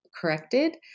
corrected